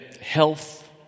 health